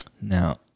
Now